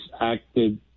acted